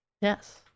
Yes